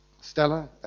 Stella